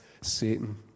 Satan